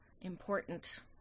important